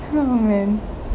oh man